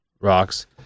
rocks